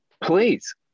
Please